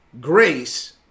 Grace